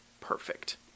perfect